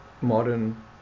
modern